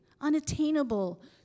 unattainable